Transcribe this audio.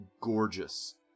gorgeous